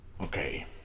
okay